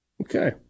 Okay